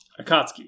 Akatsuki